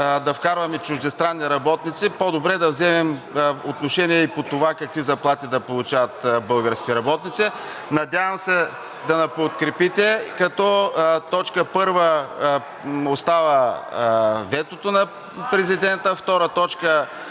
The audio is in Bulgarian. да вкарваме чуждестранни работници, по-добре да вземем отношение и по това какви заплати да получават българските работници. Надявам се да ни подкрепите, като точка първа остава ветото на президента, втора точка